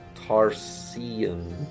Tarsian